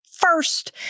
First